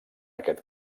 aquest